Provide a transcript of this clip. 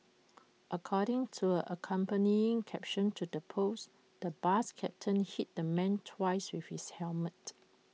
according to an accompanying caption to the post the bus captain hit the man twice with his helmet